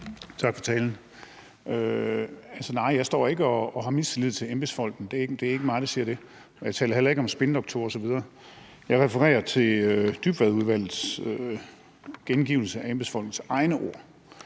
Tak for talen. Altså, nej, jeg står ikke og har mistillid til embedsfolkene. Det er ikke mig, der siger det. Jeg taler heller ikke om spindoktorer osv. Jeg refererer til Dybvadudvalgets gengivelse af embedsfolkenes egne ord.